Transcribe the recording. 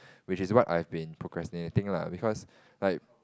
which is what I've been procrastinating lah because like